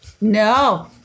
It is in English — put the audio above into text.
No